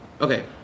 okay